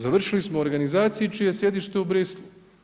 Završili smo u organizaciji čije je sjedište u Brislu.